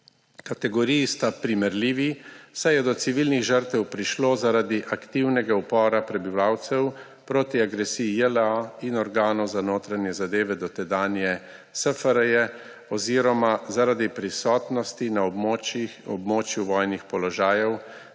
Kategoriji sta primerljivi, saj je do civilnih žrtev prišlo zaradi aktivnega upora prebivalcev proti agresiji JLA in organov za notranje zadeve dotedanje SFRJ oziroma zaradi prisotnosti na območju vojnih položajev